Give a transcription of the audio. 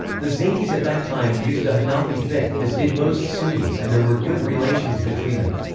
the zaydis at that time used the hanafi fiqh, as did most sunnis and there were good relations between them.